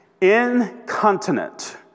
incontinent